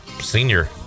Senior